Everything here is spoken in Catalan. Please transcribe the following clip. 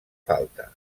falta